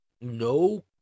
no